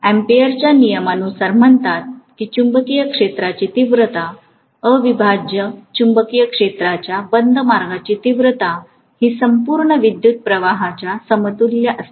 कारण अॅम्पीयरच्या नियमानुसार म्हणतात की चुंबकीय क्षेत्राची तीव्रता अविभाज्य चुंबकीय क्षेत्राच्या बंद मार्गाची तीव्रता ही संपुर्ण विद्युत प्रवाहाच्या समतुल्य असते